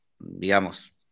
digamos